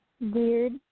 weird